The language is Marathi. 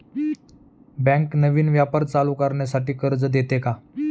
बँक नवीन व्यापार चालू करण्यासाठी कर्ज देते का?